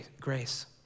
grace